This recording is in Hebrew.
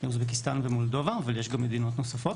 אוזבקיסטן ומולדובה אך יש גם מדינות נוספות.